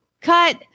cut